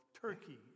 Turkey